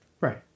Right